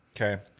Okay